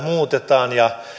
muutetaan ja